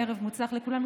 ערב מוצלח לכולנו.